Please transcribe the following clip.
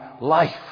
life